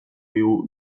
digu